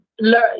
learn